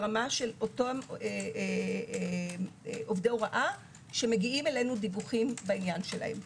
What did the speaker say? ברמה של אותם עובדי הוראה שמגיעים אלינו דיווחים בעניין שלהם.